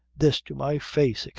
this to my face!